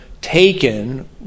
taken